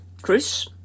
Chris